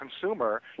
consumer